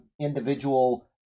individual